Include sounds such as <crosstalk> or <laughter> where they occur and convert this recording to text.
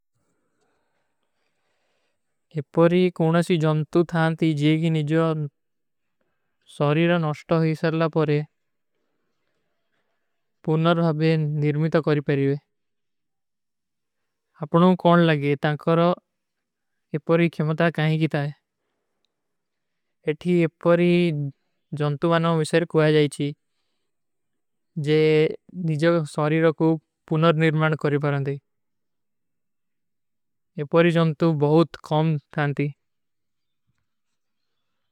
ଏପରୀ କୌନାସୀ ଜନ୍ତୁ ଥାନତୀ ଜେଗି ନିଜଵାର <hesitation> ସାରୀରା ନସ୍ତା ହୈ ସରଲା ପରେ, <hesitation> ପୁନର ଭାଭେ ନିର୍ମିତ କରୀ ପରିଵେ। ଆପନୋଂ କୌନ ଲଗେ, ତାଂକର ଏପରୀ ଖେମତା କାଈ କୀ ତାଏ। ଏପରୀ ଜନ୍ତୁ ଵାନୋଂ ଵିଶର କୁଆ ଜାଈଚୀ ଜେ ନିଜଵାର ସାରୀରା କୋ ପୁନର ନିର୍ମିତ କରୀ ପରିଵେ। <hesitation> ଏପରୀ ଜନ୍ତୁ ବହୁତ କୌନ ଥାନତୀ।